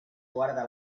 guarda